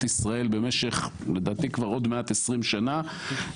ישראל במשך לדעתי כבר עוד מעט 20 שנה,